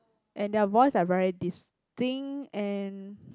and their voice are very distinct and